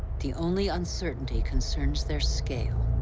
the only uncertainty concerns their scale.